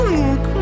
Look